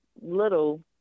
little